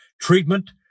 treatment